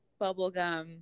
bubblegum